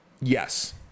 yes